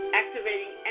activating